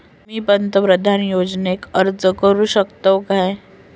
मी पंतप्रधान योजनेक अर्ज करू शकतय काय?